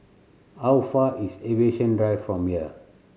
how far is Aviation Drive from here